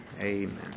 Amen